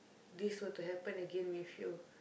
this were to happen again with you